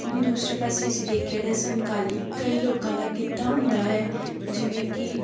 ਦੂਸਰੇ ਪਾਸੇ ਅਸੀਂ ਦੇਖਿਆ ਤਾਂ ਸਮਕਾਲੀ ਕਈ ਲੋਕਾਂ ਦਾ ਕਿੱਤਾ ਹੁੰਦਾ ਹੈ ਜਿਵੇਂ ਕਿ